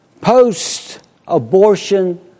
post-abortion